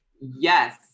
Yes